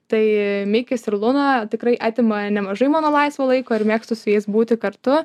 tai mikis ir luna tikrai atima nemažai mano laisvo laiko ir mėgstu su jais būti kartu